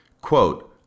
Quote